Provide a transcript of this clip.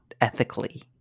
ethically